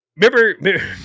Remember